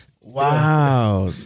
Wow